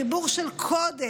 חיבור של קודש,